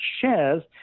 shares